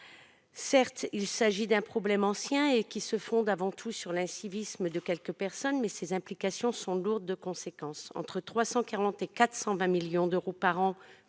Certes, il s'agit d'un problème ancien, qui se fonde avant tout sur l'incivisme de quelques personnes, mais ses implications sont lourdes de conséquences : entre 340 et 420 millions d'euros pour